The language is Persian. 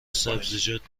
سبزیجات